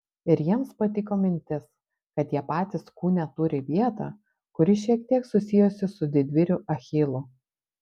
ir jiems patiko mintis kad patys kūne turi vietą kuri šiek tiek susijusi su didvyriu achilu